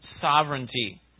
sovereignty